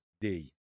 day